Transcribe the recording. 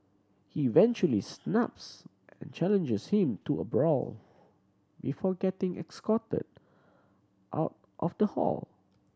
he eventually snaps and challenges him to a brawl before getting escorted out of the hall